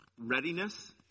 readiness